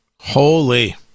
holy